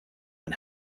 and